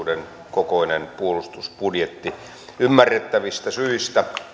kokoinen puolustusbudjetti ymmärrettävistä syistä